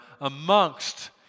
amongst